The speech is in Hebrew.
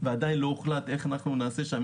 ועדיין לא הוחלט איך נעשה שם,